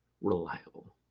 reliable